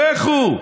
לכו,